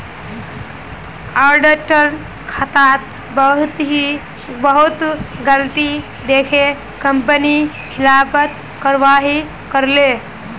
auditor खातात बहुत गलती दखे कंपनी खिलाफत कारवाही करले